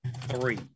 three